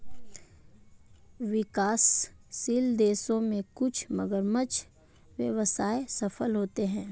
विकासशील देशों में कुछ मगरमच्छ व्यवसाय सफल होते हैं